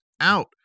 out